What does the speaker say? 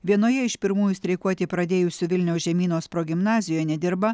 vienoje iš pirmųjų streikuoti pradėjusių vilniaus žemynos progimnazijoj nedirba